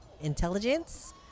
intelligence